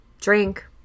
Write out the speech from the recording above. drink